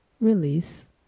release